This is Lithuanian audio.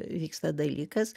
vyksta dalykas